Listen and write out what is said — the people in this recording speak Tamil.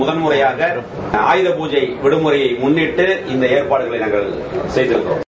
முதன்முறையாக அராக பூஜை விடுமறையை முன்னிட்டு இந்த எற்பாடுகளை நாங்கள் செய்திருக்கிறோம்